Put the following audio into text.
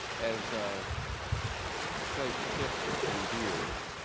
as a slight shift in gears,